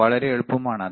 വളരെ എളുപ്പമാണു് അത്